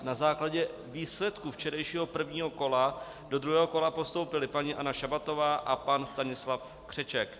Na základě výsledků včerejšího prvního kola do druhého kola postoupili paní Anna Šabatová a pan Stanislav Křeček.